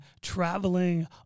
traveling